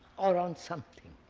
or on something.